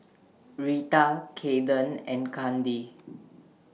Reta Kaeden and Kandi